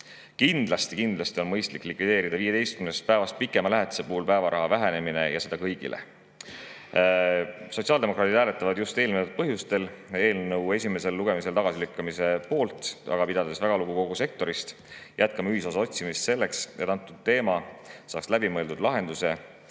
Kindlasti on mõistlik likvideerida 15 päevast pikema lähetuse päevaraha vähenemine ja seda kõigile. Sotsiaaldemokraadid hääletavad just eelnimetatud põhjustel eelnõu esimesel lugemisel tagasilükkamise poolt, aga pidades väga lugu kogu sektorist, jätkame ühisosa otsimist selleks, et see teema saaks läbimõeldud lahenduse,